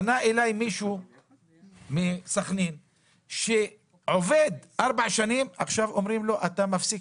פנה אלי מישהו מסח'נין שעובד ארבע שנים ועכשיו אמרו לו שהוא מפסיק